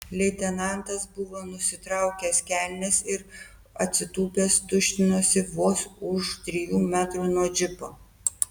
leitenantas buvo nusitraukęs kelnes ir atsitūpęs tuštinosi vos už trijų metrų nuo džipo